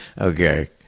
Okay